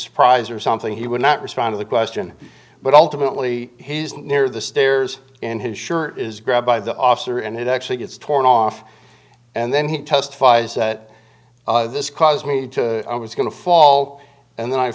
surprise or something he would not respond to the question but ultimately his near the stairs in his shirt is grabbed by the officer and it actually gets torn off and then he testifies that this caused me to i was going to fall and then i